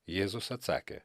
jėzus atsakė